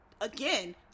again